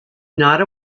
not